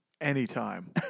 Anytime